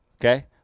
okay